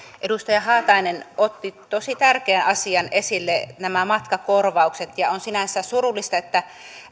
edustaja haatainen otti tosi tärkeän asian esille nämä matkakorvaukset on sinänsä surullista että